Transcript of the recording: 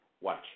Watch